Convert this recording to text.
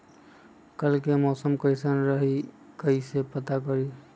कल के मौसम कैसन रही कई से पता करी?